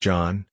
John